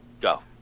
Go